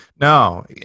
No